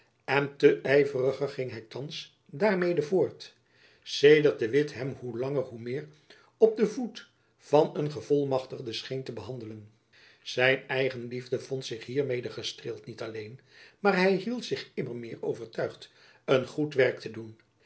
en te yveriger ging hy thands daarmede voort sedert de witt hem hoe langer hoe meer op den voet van een gevolmachtigde scheen te behandelen zijn eigenliefde vond zich hiermede gestreeld niet alleen maar hy hield zich immer meer overtuigd een goed werk te doen